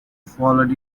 followed